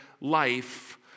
life